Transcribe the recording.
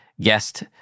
guest